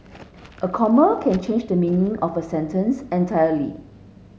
a comma can change the meaning of a sentence entirely